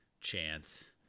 Chance